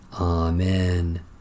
Amen